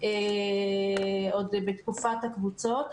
באמת עוד בתקופת הקבוצות,